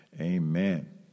Amen